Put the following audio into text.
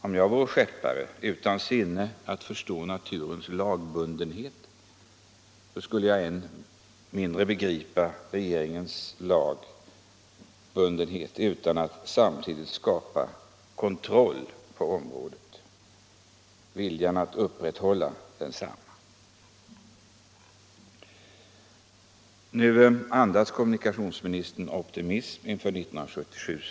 Om jag vore skeppare utan sinne att förstå naturens lagbundenhet, skulle jag än mindre begripa regeringens strävan att få till stånd lagar, när viljan saknas att kontrollera hur lagarna efterlevs. Nu andas kommunikationsministern optimism inför 1977.